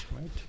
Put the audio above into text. right